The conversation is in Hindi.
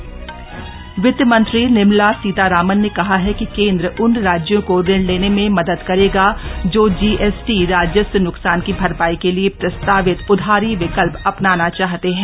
वित मंत्री जीएसटी वित्त मंत्री निर्मला सीतारामन ने कहा है कि केन्द्र उन राज्यों को ऋण लेने में मदद करेगा जो जीएसटी राजस्व न्कसान की भरपाई के लिए प्रस्तावित उधारी विकल्प अपनाना चाहते हैं